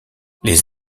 les